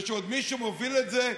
ועוד מי שמוביל את זה,